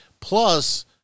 plus